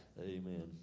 Amen